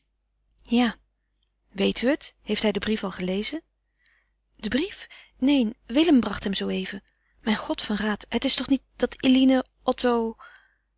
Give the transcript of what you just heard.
ja weet u het heeft hij den brief al gelezen den brief neen willem bracht hem zooeven mijn god van raat het is toch niet dat eline otto